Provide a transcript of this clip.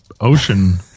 ocean